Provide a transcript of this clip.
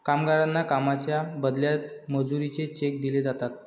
कामगारांना कामाच्या बदल्यात मजुरीचे चेक दिले जातात